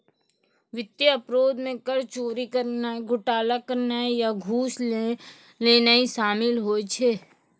वित्तीय अपराधो मे कर चोरी करनाय, घोटाला करनाय या घूस लेनाय शामिल होय छै